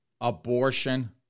abortion